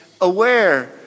aware